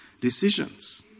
decisions